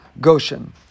Goshen